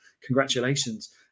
congratulations